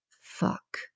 Fuck